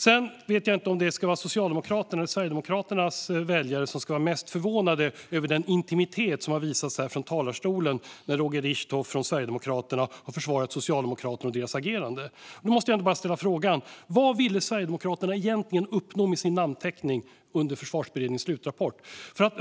Jag vet inte om det är Socialdemokraternas eller Sverigedemokraternas väljare som ska vara mest förvånade över den intimitet som har visats här från talarstolen när Roger Richtoff från Sverigedemokraterna har försvarat Socialdemokraterna och deras agerande. Jag måste ställa frågan: Vad ville Sverigedemokraterna egentligen uppnå med sin namnteckning under Försvarsberedningens slutrapport?